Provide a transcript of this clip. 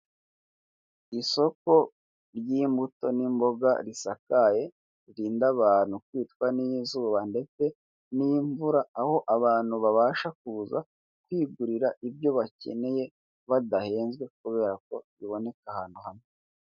Isoko ry'imbuto n'imboga risakaye ririnda abantu kwicwa n'izuba ndetse n'imvura aho abantu babasha kuza kwigurira ibyo bakeneye badahenzwe kubera ko biboneka ahantu hamwe.